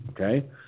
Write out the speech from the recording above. Okay